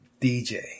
DJ